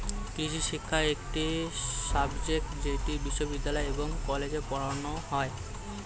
কৃষিশিক্ষা একটি সাবজেক্ট যেটি বিশ্ববিদ্যালয় এবং কলেজে পড়ানো হয়